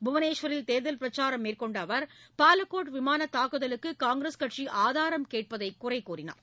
புவனேஷ்வரில் தேர்தல் பிரச்சாரம் மேற்கொண்ட அவர் பாலகோட் விமான தாக்குதலுக்கு காங்கிரஸ் கட்சி ஆதாரம் கேட்பதை குறை கூறினார்